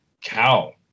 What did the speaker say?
cow